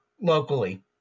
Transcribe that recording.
locally